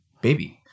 baby